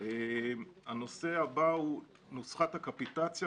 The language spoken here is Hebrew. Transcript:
הנושא הבא הוא נוסחת הקפיטציה.